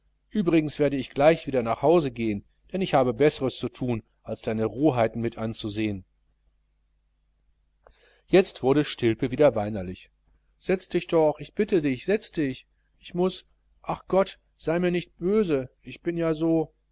übrigens werde ich gleich wieder nach hause gehn denn ich habe besseres zu thun als deine rohheiten mit anzusehn jetzt wurde stilpe wieder weinerlich setz dich doch ich bitte dich setz dich ich muß ach gott sei mir nicht böse ich bin ja so